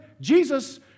Jesus